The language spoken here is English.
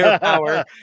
power